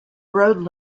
road